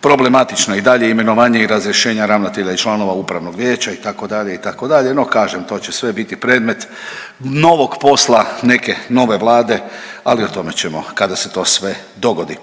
problematična i dalje imenovanja i razrješenja ravnatelje i članova upravnog vijeća itd., itd., no kažem to će sve biti predmet novog posla neke nove vlade, ali o tome ćemo kada se to sve dogodi.